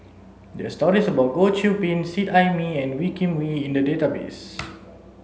there are stories about Goh Qiu Bin Seet Ai Mee and Wee Kim Wee in the database